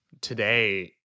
today